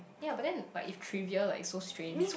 ya but then like if trivial like so strange to